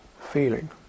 feeling